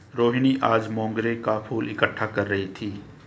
रोहिनी आज मोंगरे का फूल इकट्ठा कर रही थी